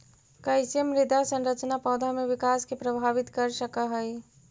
कईसे मृदा संरचना पौधा में विकास के प्रभावित कर सक हई?